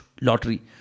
lottery